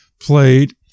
played